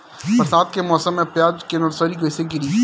बरसात के मौसम में प्याज के नर्सरी कैसे गिरी?